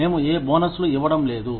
మేము ఏ బోనస్లు ఇవ్వడం లేదు